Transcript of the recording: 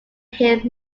hill